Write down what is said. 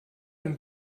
und